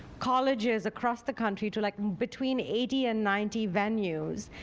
colleges across the country, to like between eighty and ninety venues.